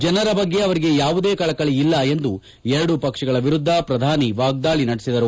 ಜನರ ಬಗ್ಗೆ ಅವರಿಗೆ ಯಾವುದೇ ಕಳಕಳಿ ಇಲ್ಲ ಎಂದು ಎರಡೂ ಪಕ್ಷಗಳ ವಿರುದ್ದ ಪ್ರಧಾನಮಂತ್ರಿ ವಾಗ್ಗಾಳಿ ನಡೆಸಿದರು